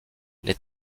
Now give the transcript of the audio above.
les